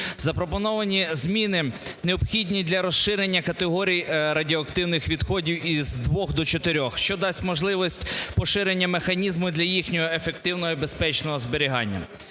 Запропоновані зміни необхідні для розширення категорій радіоактивних відходів із 2-х до 4-х, що дасть можливість поширення механізму для їхнього ефективного і безпечного зберігання.